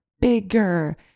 bigger